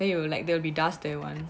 then it will like they'll be dust there one